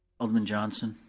alderman johnson.